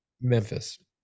Memphis